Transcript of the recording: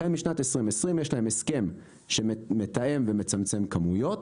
החל משנת 2020 יש להם הסכם שמתאם ומצמצם כמויות,